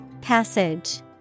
Passage